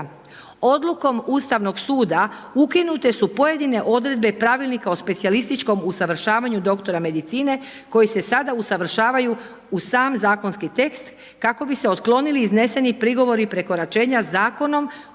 Odlukom Ustavnog suda ukinute su pojedine odredbe Pravilnika o specijalističkom usavršavanju doktora medicine koji se sada usavršavaju u sam zakonski tekst kako bi se otklonili izneseni prigovori prekoračenja zakonom